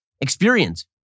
experience